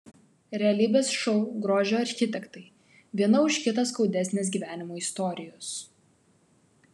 realybės šou grožio architektai viena už kitą skaudesnės gyvenimo istorijos